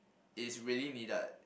it's really needed